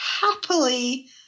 happily